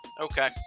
okay